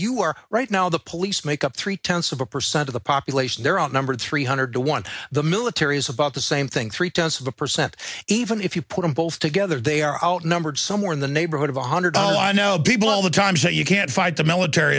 you are right now the police make up three tenths of a percent of the population they're outnumbered three hundred to one the military is about the same thing three tenths of a percent even if you put them both together they are outnumbered somewhere in the neighborhood of one hundred dollars i know people all the time say you can't fight the military